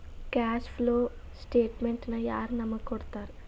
Cash flow ಸ್ಟೆಟಮೆನ್ಟನ ಯಾರ್ ನಮಗ್ ಕೊಡ್ತಾರ?